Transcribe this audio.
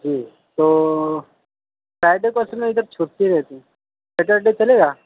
جی تو فرائڈے کو اصل میں ادھر چھٹی رہتی ہے سٹرڈے چلے گا